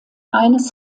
eines